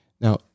Now